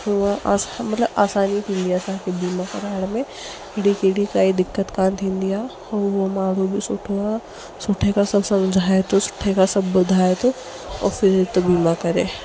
हूंअं अस मतिलबु आसानी थींदी आहे असांखे वीमा कराइण मेंं हेॾी कहिड़ी काई दिक़त कोन हूंदी आहे ऐं उहो माण्हू बि सुठो आहे सुठे खां सभु सम्झाए थो सुठे खां सभु ॿुधाए थो और फिर थो वीमा करे